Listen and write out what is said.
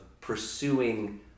pursuing